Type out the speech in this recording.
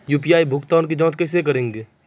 UPI भुगतान की जाँच कैसे करेंगे?